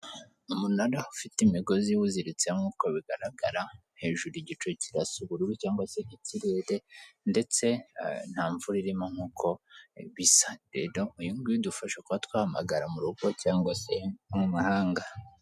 Umunara ufite imigozi iwuziritse nkuko bigaragara, hejuru igicu kirasa ubururu cyangwa se ikirere ndetse nta mvura irimo nkuko bisa. Rero uyu nguyu udufasha kuba twahamagara mu rugo cyangwa se mu mahanga.